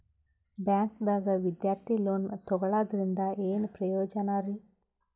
ಬ್ಯಾಂಕ್ದಾಗ ವಿದ್ಯಾರ್ಥಿ ಲೋನ್ ತೊಗೊಳದ್ರಿಂದ ಏನ್ ಪ್ರಯೋಜನ ರಿ?